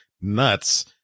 nuts